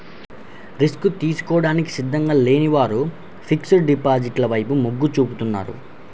risk తీసుకోవడానికి సిద్ధంగా లేని వారు ఫిక్స్డ్ డిపాజిట్ల వైపు మొగ్గు చూపుతున్నారు